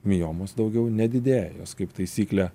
miomos daugiau nedidėja jos kaip taisyklė